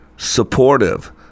Supportive